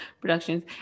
Productions